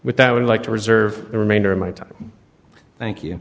with that i would like to reserve the remainder of my time thank you